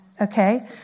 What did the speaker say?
Okay